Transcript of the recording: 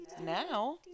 Now